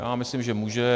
Já myslím, že může.